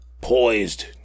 poised